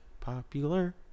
popular